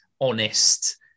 honest